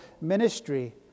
ministry